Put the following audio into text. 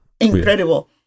Incredible